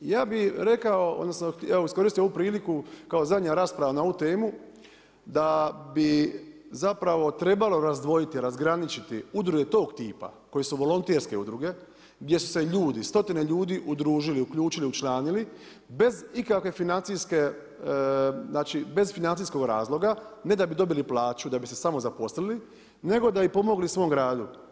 Ja bih rekao, odnosno evo iskoristio ovu priliku kao zadnja rasprava na ovu temu da bi zapravo trebalo razdvojiti, razgraničiti udruge tog tipa koje su volonterske udruge, gdje su se ljudi, stotine ljudi udružili, uključili, učlanili bez ikakve financijske, znači bez financijskog razloga ne da bi dobili plaću, da bi se samozaposlili, nego da bi pomogli svom gradu.